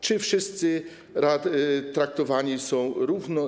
Czy wszyscy traktowani są równo?